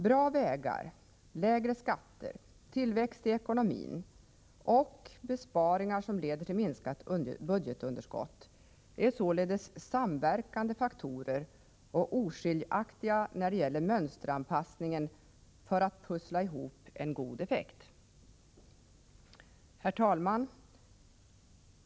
Bra vägar, lägre skatter, tillväxt i ekonomin samt besparingar som leder till minskat budgetunderskott är således samverkande faktorer och oskiljaktiga när det gäller mönsteranpassningen för att pussla ihop en god effekt. Herr talman!